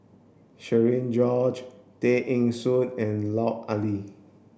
Cherian George Tay Eng Soon and Lut Ali